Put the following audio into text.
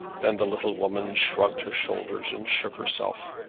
then the little woman shrugged her shoulders and shook herself.